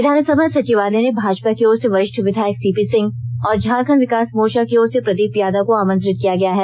विधानसभा सचिवालय ने भाजपा की ओर से वरिष्ठ विधायक सीपी सिंह और झारखंड विकास मोर्चा की ओर से प्रदीप यादव को आमंत्रित किया गया है